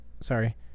sorry